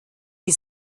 die